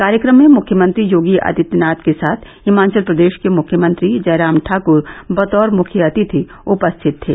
कार्यक्रम में मुख्यमंत्री योगी आदित्यनाथ के साथ हिमाचल प्रदेश के मुख्यमंत्री जयराम ठाकर बतौर मुख्य अतिथि उपस्थित थे